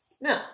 No